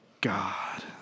God